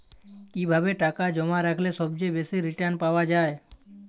কিভাবে টাকা জমা রাখলে সবচেয়ে বেশি রির্টান পাওয়া য়ায়?